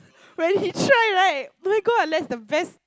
when he try right my-god that's the best